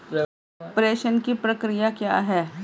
प्रेषण की प्रक्रिया क्या है?